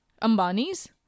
Ambani's